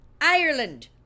Ireland